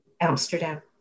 Amsterdam